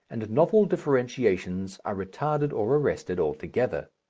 and novel differentiations are retarded or arrested altogether.